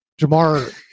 Jamar